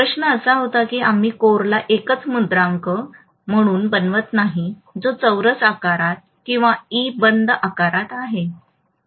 प्रश्न असा होता की आम्ही कोरला एकच मुद्रांक म्हणून बनवत नाही जो चौरस आकारात किंवा ई बंद आकारात आहे